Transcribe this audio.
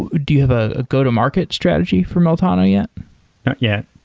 do you have a ah go-to-market strategy for meltano yet? not yet.